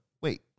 Wait